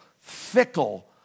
fickle